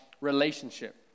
relationship